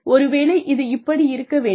ஒருவேளை இது இப்படி இருக்க வேண்டும்